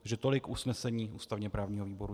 Takže tolik usnesení ústavněprávního výboru.